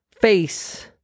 face